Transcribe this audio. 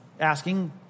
asking